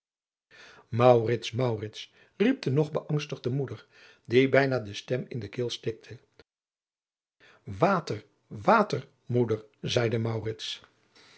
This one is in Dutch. riep de nog beangstigde moeder die bijna de stem in de keel stikte water water moeder zeide